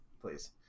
please